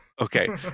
Okay